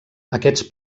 aquests